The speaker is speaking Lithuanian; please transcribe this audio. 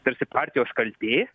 tarsi partijos kaltė